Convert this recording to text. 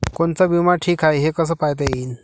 कोनचा बिमा ठीक हाय, हे कस पायता येईन?